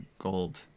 gold